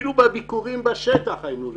אפילו בביקורים בשטח היינו לבד.